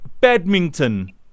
badminton